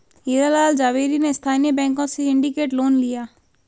हीरा लाल झावेरी ने स्थानीय बैंकों से सिंडिकेट लोन लिया